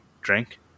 drink